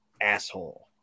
asshole